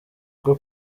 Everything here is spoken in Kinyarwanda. rwo